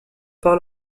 par